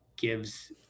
gives